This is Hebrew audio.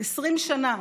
20 שנה,